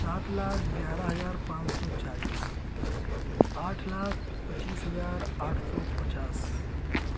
سات لاکھ گیارہ ہزار پانچ سو چالیس آٹھ لاکھ پچیس ہزار آٹھ سو پچاس